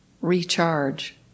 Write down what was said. recharge